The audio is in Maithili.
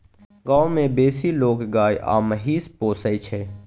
गाम मे बेसी लोक गाय आ महिष पोसय छै